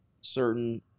certain